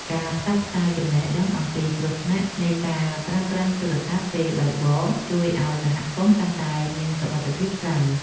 ការផ្សព្វផ្សាយចំណេះដឹងអំពីគ្រោះថ្នាក់នៃការប្រើប្រាស់ទូរសព្ទពេលបើកបរជួយឱ្យសហគមន៍កាន់តែមានសុវត្ថិភាពខ្លាំង។